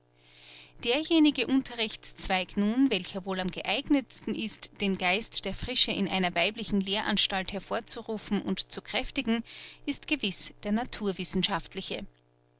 derjenige unterrichtszweig nun welcher wohl am geeignetsten ist den geist der frische in einer weiblichen lehranstalt hervorzurufen und zu kräftigen ist gewiß der naturwissenschaftliche